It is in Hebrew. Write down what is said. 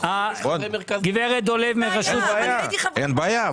גברת דולב --- חברי מרכז --- אין בעיה,